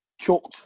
chucked